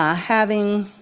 um having.